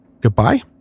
goodbye